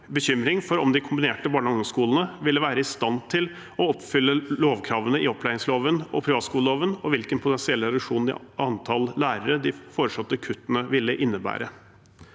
bekymring for om de kombinerte barne- og ungdomsskolene ville være i stand til å oppfylle lovkravene i opplæringsloven og privatskoleloven, og hvilken potensiell reduksjon av antall lærere de foreslåtte kuttene ville innebære.